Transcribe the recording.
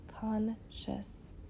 conscious